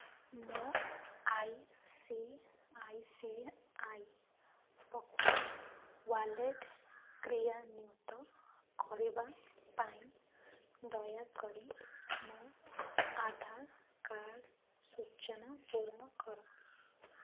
ମୋ I C I C I pocket wallet କ୍ରିୟାନ୍ଵିତ କରିବା ପାଇଁ ଦୟାକରି ମୋ ଆଧାର କାର୍ଡ଼ ସୂଚନା ପୂରଣ କର